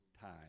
time